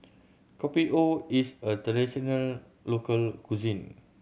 Kopi O is a traditional local cuisine